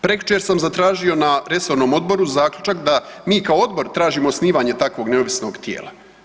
Prekjučer sam zatražio na resornom odboru zaključak da mi kao odbor tražimo osnivanje takvog neovisnog tijela.